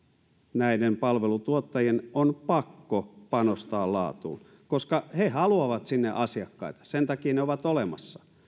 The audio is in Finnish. näiden palveluntuottajien on pakko panostaa laatuun koska ne haluavat sinne asiakkaita sen takia ne ovat olemassa